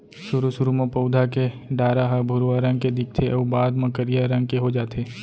सुरू सुरू म पउधा के डारा ह भुरवा रंग के दिखथे अउ बाद म करिया रंग के हो जाथे